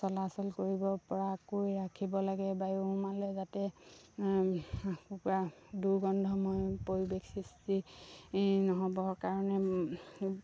চলাচল কৰিব পৰাকৈ ৰাখিব লাগে বায়ু সোমালে যাতে কুকুৰা দুৰ্গন্ধময় পৰিৱেশ সৃষ্টি নহ'বৰ কাৰণে